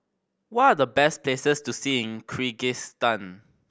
what are the best places to see in Kyrgyzstan